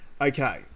Okay